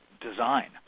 design